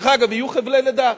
דרך אגב, יהיו חבלי לידה.